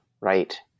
right